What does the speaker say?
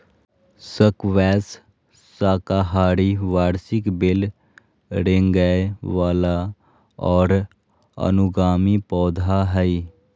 squash साकाहारी वार्षिक बेल रेंगय वला और अनुगामी पौधा हइ